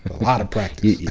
a lot of practice.